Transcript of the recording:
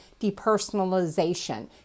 depersonalization